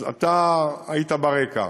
אז אתה היית ברקע,